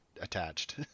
attached